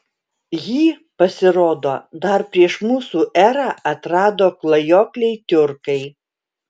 jį pasirodo dar prieš mūsų erą atrado klajokliai tiurkai